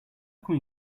can